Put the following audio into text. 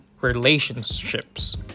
relationships